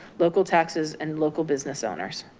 local taxes and local business owners.